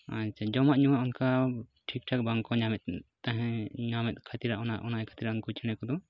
ᱟᱪᱪᱷᱟ ᱡᱚᱢᱟᱜ ᱧᱩᱣᱟᱜ ᱚᱱᱠᱟ ᱴᱷᱤᱠ ᱴᱷᱟᱠ ᱵᱟᱝᱠᱚ ᱧᱟᱢᱮᱫ ᱛᱟᱦᱮᱸᱫ ᱧᱟᱢᱮᱫ ᱠᱷᱟᱹᱛᱤᱨ ᱚᱱᱟ ᱚᱱᱟ ᱠᱷᱟᱹᱛᱤᱨ ᱩᱱᱠᱩ ᱪᱮᱬᱮ ᱠᱚᱫᱚ